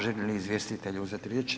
Želi li izvjestitelji uzeti riječ?